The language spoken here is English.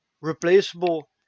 replaceable